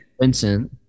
Vincent